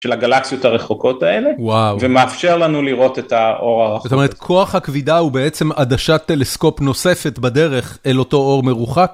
‫של הגלקסיות הרחוקות האלה, ‫ומאפשר לנו לראות את האור הרחוק. ‫זאת אומרת, כוח הכבידה הוא בעצם ‫עדשת טלסקופ נוספת בדרך אל אותו אור מרוחק?